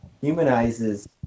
humanizes